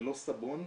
לא סבון,